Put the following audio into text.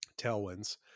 tailwinds